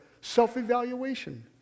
Self-evaluation